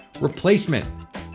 replacement